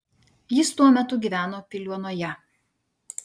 jis tuo metu gyveno piliuonoje